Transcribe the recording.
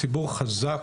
הציבור חזק,